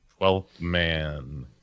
Twelfthman